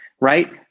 right